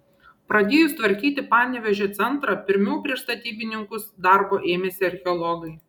pradėjus tvarkyti panevėžio centrą pirmiau prieš statybininkus darbo ėmėsi archeologai